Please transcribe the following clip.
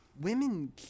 Women